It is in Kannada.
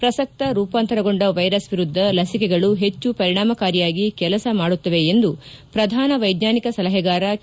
ಪ್ರಸಕ್ತ ರೂಪಾಂತರಗೊಂಡ ವ್ಲೆರಸ್ ವಿರುದ್ದ ಲಸಿಕೆಗಳು ಹೆಚ್ಚು ಪರಿಣಾಮಕಾರಿಯಾಗಿ ಕೆಲಸ ಮಾಡುತ್ತವೆ ಎಂದು ಶ್ರಧಾನ ವೈಜ್ಞಾನಿಕ ಸಲಹೆಗಾರ ಕೆ